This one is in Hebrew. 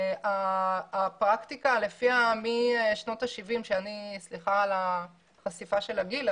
הפרקטיקה משנות ה-70 סליחה על החשיפה של הגיל,